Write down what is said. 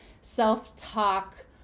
self-talk